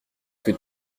que